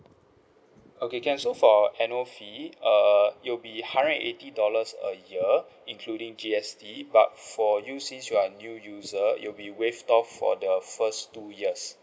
okay can so for annual fee err it'll be hundred and eighty dollars a year including G_S_T but for you since you are new user you'll be waived off for the first two years